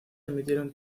emitieron